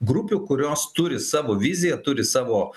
grupių kurios turi savo viziją turi savo